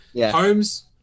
Holmes